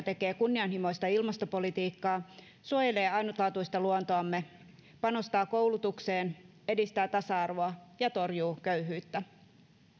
tekee kunnianhimoista ilmastopolitiikkaa suojelee ainutlaatuista luontoamme panostaa koulutukseen edistää tasa arvoa ja torjuu köyhyyttä